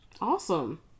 awesome